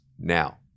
now